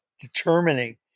determining